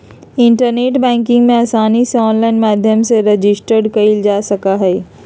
internet banking में आसानी से आनलाइन माध्यम से रजिस्टर कइल जा सका हई